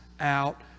out